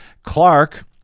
Clark